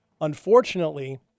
Unfortunately